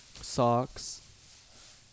Socks